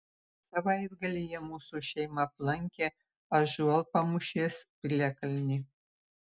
savaitgalyje mūsų šeima aplankė ąžuolpamūšės piliakalnį